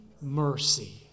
mercy